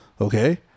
Okay